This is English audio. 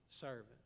servant